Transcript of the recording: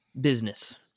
business